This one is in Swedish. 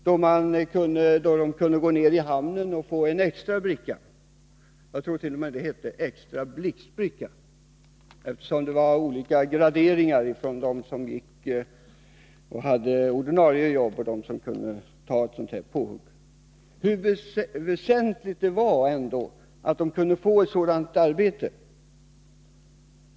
Där kunde de som var utan arbete gå ner till hamnen och få en extra bricka — jag trort.o.m. att det kallades extra blixtbricka, eftersom det var olika graderingar mellan dem som hade ordinarie jobb och dem som kunde ta ett sådant här ”påhugg”. För dessa människor var det oerhört väsentligt att de kunde få ett arbete av den här typen.